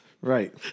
Right